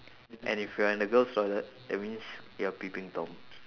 and if you're in the girls toilet that means you're peeping tom